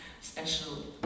special